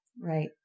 Right